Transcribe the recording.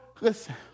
listen